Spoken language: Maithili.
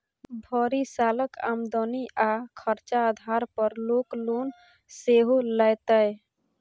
भरि सालक आमदनी आ खरचा आधार पर लोक लोन सेहो लैतै